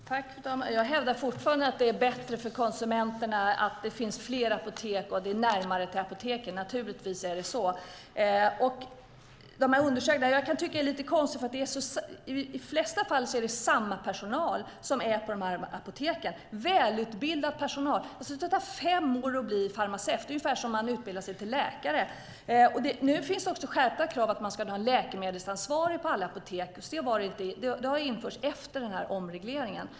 Fru talman! Jag hävdar fortfarande att det är bättre för konsumenterna att det finns fler apotek och att det är närmare till apoteket. Naturligtvis är det så. Vad gäller de här undersökningarna kan jag tycka att det är lite konstigt. I de flesta fall är det samma personal på apoteken, och det är välutbildad personal. Det tar fem år att bli farmaceut, ungefär som att utbilda sig till läkare. Nu finns det också ett skärpt krav på att det ska finnas en läkemedelsansvarig på alla apotek, vilket har införts efter omregleringen.